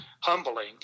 humbling